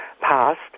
passed